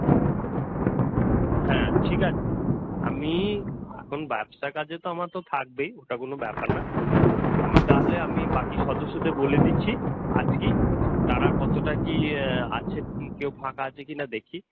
হ্যাঁ হ্যাঁ ঠিক আছে আমি এখন ব্যবসার কাজে তো আমার তো থাকবেই ওটা কোনো ব্যাপার না আমি তাহলে আমি বাকি সদস্যদের বলে দিচ্ছি আজকেই তারা কতটা কী আছে কেউ ফাঁকা আছে কি না দেখি